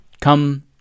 come